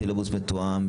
הסילבוס מתואם,